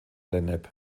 lennep